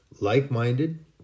Like-minded